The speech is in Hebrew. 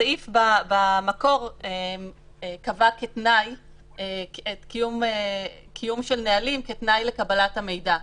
הסעיף במקור קבע את הקיום של הנהלים כתנאי לקבלת המידע,